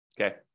Okay